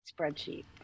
spreadsheet